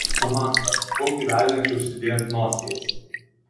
samanta kokį velnią čia užsidėjai ant nosies